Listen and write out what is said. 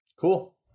Cool